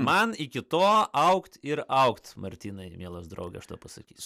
man iki to augt ir augt martynai mielas drauge aš tau pasakysiu